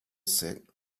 sick